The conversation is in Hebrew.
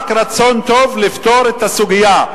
רק רצון טוב לפתור את הסוגיה.